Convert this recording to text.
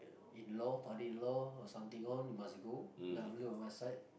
in-law father-in-law or something on must go